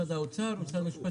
משרד האוצר או משרד המשפטים.